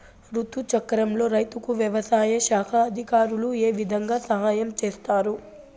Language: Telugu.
రుతు చక్రంలో రైతుకు వ్యవసాయ శాఖ అధికారులు ఏ విధంగా సహాయం చేస్తారు?